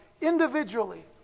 individually